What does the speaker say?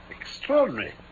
extraordinary